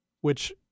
which-